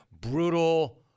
brutal